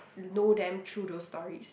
know them through to stories